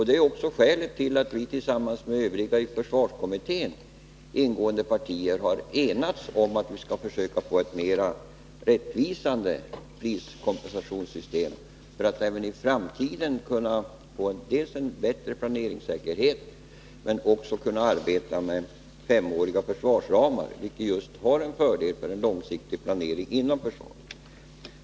Det är också ett av skälen till att vi tillsammans med övriga i försvarskommittén ingående partier har enats om att försöka få ett mera rättvisande priskompensationssystem för att i framtiden kunna få dels en bättre planeringssäkerhet, dels kunna arbeta med femåriga försvarsramar, vilket är en fördel för långsiktig planering inom försvaret.